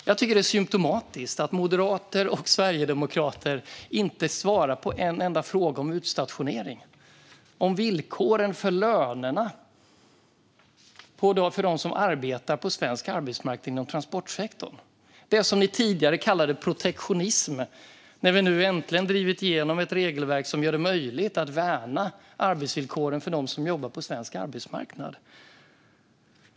Jag tycker att det är symtomatiskt att moderater och sverigedemokrater inte svarar på en enda fråga om utstationering eller om villkoren för lönerna för dem som arbetar på svensk arbetsmarknad inom transportsektorn - det man tidigare kallade protektionism - när vi nu äntligen har drivit igenom ett regelverk som gör det möjligt att värna arbetsvillkoren för dem som jobbar på svensk arbetsmarknad.